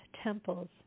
temples